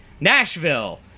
Nashville